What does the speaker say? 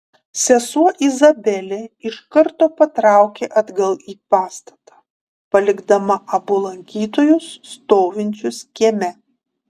sesuo izabelė iš karto patraukė atgal į pastatą palikdama abu lankytojus stovinčius kieme